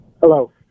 hello